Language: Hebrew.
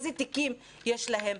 איזה תיקים יש להם,